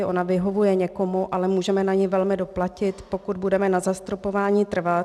Ona vyhovuje někomu, ale můžeme na ni velmi doplatit, pokud budeme na zastropování trvat.